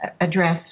address